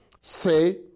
Say